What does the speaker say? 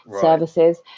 services